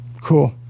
cool